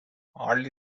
early